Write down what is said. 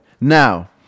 now